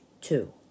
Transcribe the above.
two